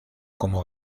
como